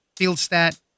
Fieldstat